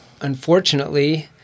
unfortunately